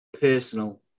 personal